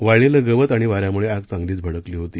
वाळलेलं गवत आणि वाऱ्याम्ळे आग चांगलीच भडकली होती